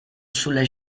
sulla